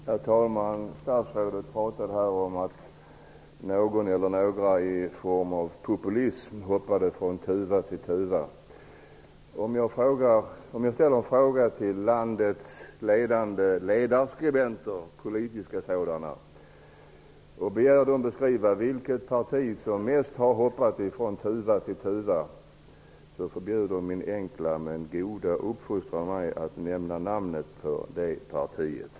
Herr talman! Statsrådet talade här om att någon eller några i form av populism hoppade från tuva till tuva. Om jag bad landets ledande politiska ledarskribenter att tala om vilket parti som mest har hoppat från tuva till tuva, så förbjuder mig min enkla men goda uppfostran att nämna namnet på det partiet.